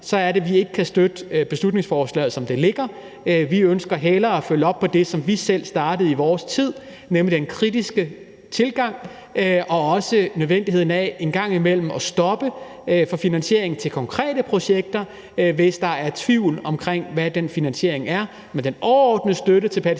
bekymringen, ikke kan støtte beslutningsforslaget, som det ligger. Vi ønsker hellere at følge op på det, som vi selv startede i vores tid, nemlig den kritiske tilgang og også nødvendigheden af en gang imellem at stoppe finansieringen af konkrete projekter, hvis der er tvivl om, hvad den finansiering går